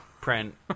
print